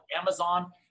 Amazon